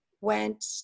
went